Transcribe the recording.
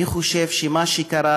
אני חושב שמה שקרה,